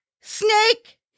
snake